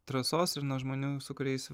trasos ir nuo žmonių su kuriais